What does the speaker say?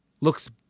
looks